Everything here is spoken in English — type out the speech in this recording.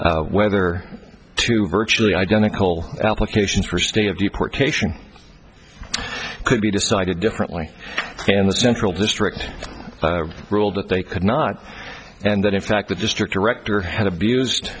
was whether to virtually identical applications for state of the importation could be decided differently and the central district ruled that they could not and that in fact the district director had abused